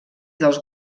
dels